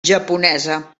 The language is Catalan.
japonesa